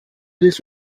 des